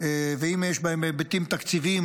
ואם יש בהן היבטים תקציביים,